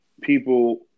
people